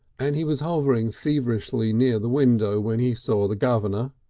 and he was hovering feverishly near the window when he saw the governor,